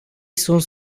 sunt